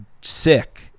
sick